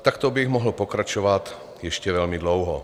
Takto bych mohl pokračovat ještě velmi dlouho.